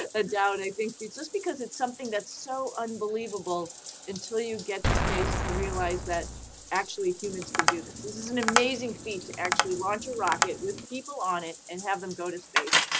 ah a doubt, i think but just because it's something that's so unbelievable until you get to space to realize that actually humans can do this. this is an amazing feat to actually launch a rocket with people on it and have them go to space.